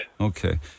Okay